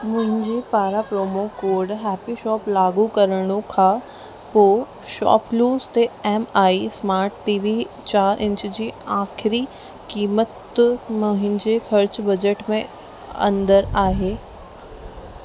मुंहिंजे पारां promo code happy shop लागू करण खां पोइ शॉपक्लूज ते एमआई स्मार्ट टीवी चारि इंच जी आख़िरीं क़ीमत मुंहिंजे ख़र्चु बजट में अंदर आहे